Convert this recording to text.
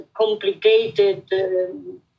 complicated